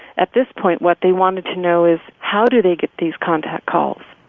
at this point, what they wanted to know is how do they get these contact calls?